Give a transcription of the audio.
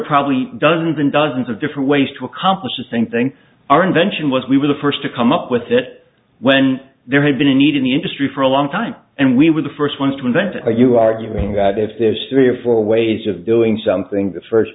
probably dozens and dozens of different ways to accomplish the same thing our invention was we were the first to come up with it when there had been a need in the industry for a long time and we were the first ones to invent it are you arguing that if there's three or four ways of doing something the first